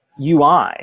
UI